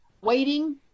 waiting